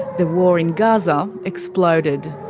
the war in gaza exploded.